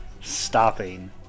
stopping